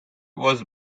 was